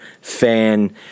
fan